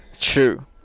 True